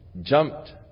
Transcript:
jumped